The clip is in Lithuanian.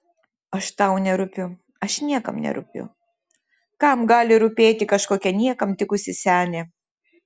aš tau nerūpiu aš niekam nerūpiu kam gali rūpėti kažkokia niekam tikusi senė